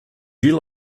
you